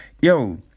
yo